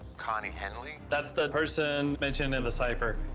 connie henly? that's the person mentioned in the cipher.